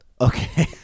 Okay